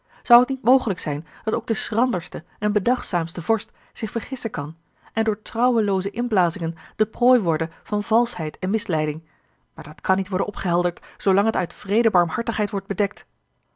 zou t niet mogelijk zijn dat ooit de schranderste en bedachtzaamste vorst zich vergissen kan en door trouwelooze inblazingen de prooi worden van valschheid en misleiding maar dat kan niet worden opgehelderd zoolang het uit wreede barmhartigheid wordt bedekt